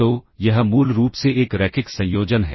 तो यह मूल रूप से एक रैखिक संयोजन है